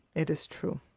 it is true,